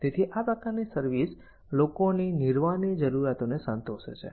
તેથી આ પ્રકારની સર્વિસ લોકોની નિર્વાહની જરૂરિયાતને સંતોષે છે